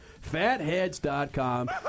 Fatheads.com